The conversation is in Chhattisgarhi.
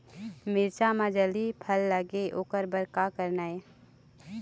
मिरचा म जल्दी फल लगे ओकर बर का करना ये?